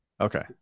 okay